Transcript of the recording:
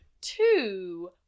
two